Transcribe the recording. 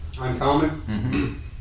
Uncommon